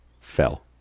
Fell